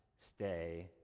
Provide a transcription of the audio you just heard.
stay